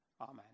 Amen